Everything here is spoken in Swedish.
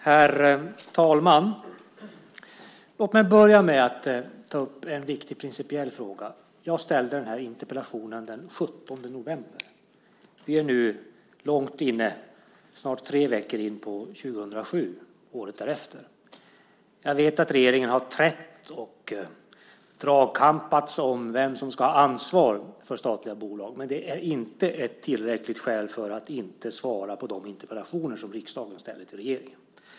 Herr talman! Låt mig börja med att ta upp en viktig principiell fråga. Jag ställde den här interpellationen den 17 november. Vi är nu snart tre veckor in på 2007, året därefter. Jag vet att regeringen har trätt och dragkampats om vem som ska ha ansvar för statliga bolag, men det är inte ett tillräckligt skäl för att inte svara på de interpellationer som riksdagen ställer till regeringen.